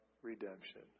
Redemption